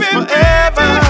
forever